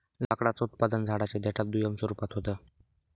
लाकडाचं उत्पादन झाडांच्या देठात दुय्यम स्वरूपात होत